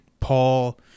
paul